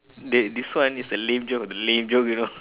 dey this one is the lame joke of the lame joke you know